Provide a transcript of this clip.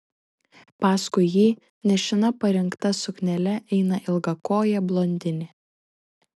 paskui jį nešina parinkta suknele eina ilgakojė blondinė